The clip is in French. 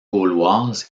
gauloise